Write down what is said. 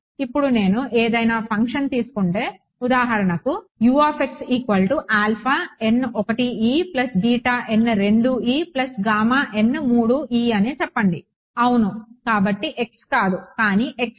ఇప్పుడు నేను ఏదైనా ఫంక్షన్ తీసుకుంటే ఉదాహరణకు చెప్పండి అవును కాబట్టి x కాదు కానీ x y